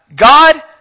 God